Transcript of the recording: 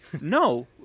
No